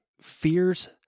fears